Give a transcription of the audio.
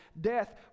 death